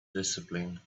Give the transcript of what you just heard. discipline